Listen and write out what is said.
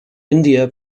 india